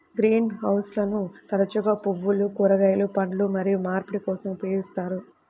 green హౌస్లను తరచుగా పువ్వులు, కూరగాయలు, పండ్లు మరియు మార్పిడి కోసం ఉపయోగిస్తారు